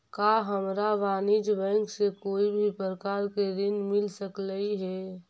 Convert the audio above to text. का हमरा वाणिज्य बैंक से कोई भी प्रकार के ऋण मिल सकलई हे?